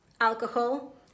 alcohol